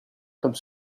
comme